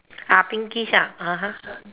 uh pinkish ah (uh huh)